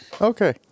Okay